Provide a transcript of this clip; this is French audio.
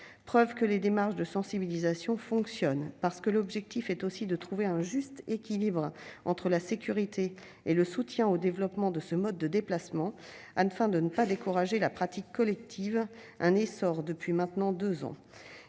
preuve que les démarches de sensibilisation fonctionnent. En effet, l'objectif doit être de trouver un juste équilibre entre la sécurité et le soutien au développement de ce mode de déplacement, afin de ne pas décourager la pratique collective, en essor depuis maintenant deux ans.